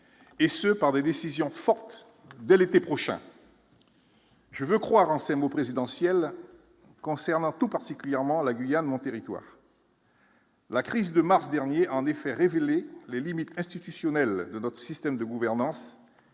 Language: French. et ce par des décisions fortes de l'été prochain. Je veux croire en ces mots présidentiels concernant tout particulièrement la Guyane mon territoire. La crise de mars dernier en effet, révélé les limites institutionnelles de notre système de gouvernance